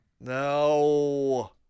No